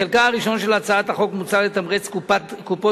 בחלקה הראשון של הצעת החוק מוצע לתמרץ קופות